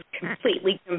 completely